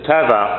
Tava